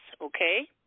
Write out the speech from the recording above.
Okay